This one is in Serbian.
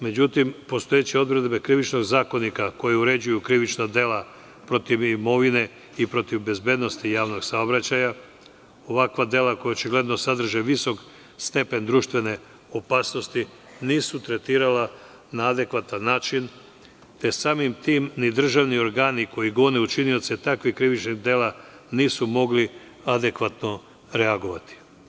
Međutim, postojeće odredbe Krivičnog zakonika koje uređuju krivična dela protiv imovine i protiv bezbednosti javnog saobraćaja, ovakva dela koja očigledno sadrže visok stepen društvene opasnosti, nisu tretirala na adekvatan način, te samim tim ni državni organi koji gone učinioce takvih krivičnih dela nisu mogli adekvatno reagovati.